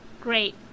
Great